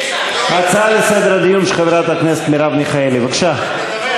הצעה לסדר הדיון של חברת הכנסת מרב מיכאלי, בבקשה.